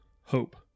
Hope